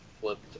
flipped